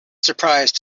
surprise